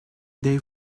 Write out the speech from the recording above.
they